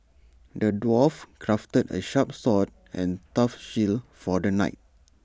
the dwarf crafted A sharp sword and tough shield for the knight